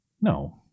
No